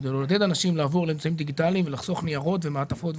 כדי לעודד אנשים לעבור לאמצעים דיגיטליים ולחסוך ניירות ומעטפות,